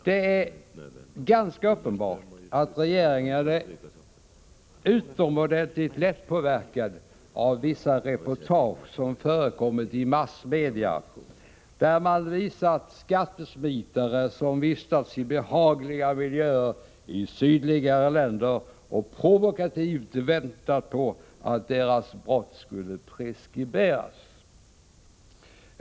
Det är ganska uppenbart att regeringen är utomordentligt lättpåverkad av vissa reportage som har förekommit i massmedia, där man har visat skattesmitare, som vistats i behagliga miljöer i sydliga länder och provokativt väntat på att deras brott skall preskriberas.